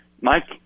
Mike